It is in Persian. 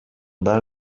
منور